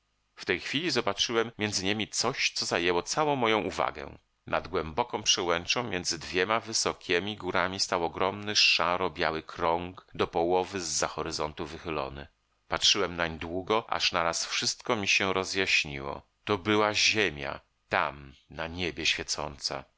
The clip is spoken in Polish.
w tej chwili zobaczyłem między niemi coś co zajęło całą moją uwagę nad głęboką przełęczą między dwiema wysokiemi górami stał ogromny szaro biały krąg do połowy z za horyzontu wychylony patrzyłem nań długo aż naraz wszystko mi się rozjaśniło to była ziemia tam na niebie świecąca